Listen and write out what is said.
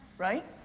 right?